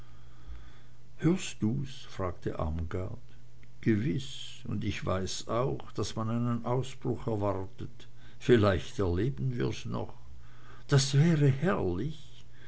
hörst du's fragte armgard gewiß und ich weiß auch daß man einen ausbruch erwartet vielleicht erleben wir's noch das wäre herrlich